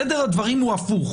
סדר הדברים הוא הפוך: